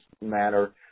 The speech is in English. matter